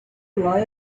lie